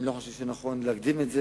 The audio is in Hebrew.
אני לא חושב שנכון להקדים את זה.